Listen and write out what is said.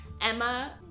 Emma